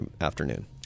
afternoon